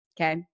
okay